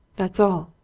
that's all!